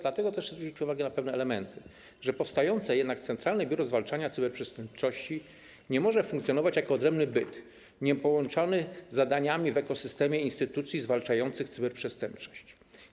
Dlatego też chcę zwrócić uwagę tylko na pewne elementy, że powstające Centralne Biuro Zwalczania Cyberprzestępczości nie może funkcjonować jako odrębny byt, niepołączony zadaniami w ekosystemie instytucji zwalczających cyberprzestępczość.